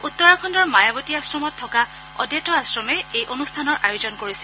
উত্তৰাখণ্ডৰ মায়াৱতী আশ্ৰমত থকা অদ্বেত আশ্ৰমে এই অনুষ্ঠানৰ আয়োজন কৰিছিল